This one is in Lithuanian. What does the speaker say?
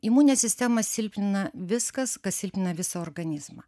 imuninę sistemą silpnina viskas kas silpnina visą organizmą